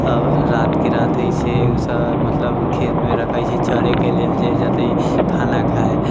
सभ रातिके राति अइसे सभ मतलब खेतमे रखै छै चरैके लेल जे जेतै खाना खाय